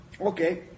okay